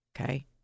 Okay